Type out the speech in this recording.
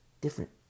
Different